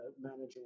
managing